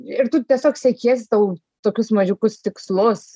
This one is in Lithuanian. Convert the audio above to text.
ir tu tiesiog siekiesi tau tokius mažiukus tikslus